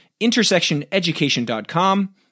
intersectioneducation.com